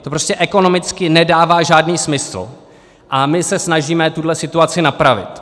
To prostě ekonomicky nedává žádný smysl a my se snažíme tuhle situaci napravit.